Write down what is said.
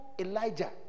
Elijah